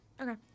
Okay